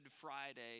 Friday